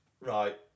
Right